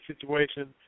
situation